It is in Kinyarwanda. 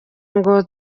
ngo